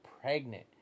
pregnant